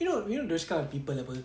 you know you know those kind of people apa